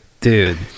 dude